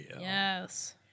Yes